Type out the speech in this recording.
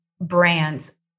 brands